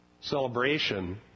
celebration